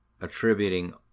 attributing